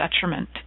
detriment